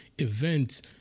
events